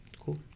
Cool